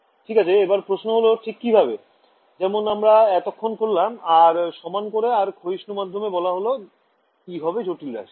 ঠিক আছে এবার প্রশ্ন হল ঠিক কিভাবে যেমন আমরা এতক্ষণ করলাম আর সমান করে আর ক্ষয়িষ্ণু মাধ্যমে বলা হল e হবে জটিল রাশি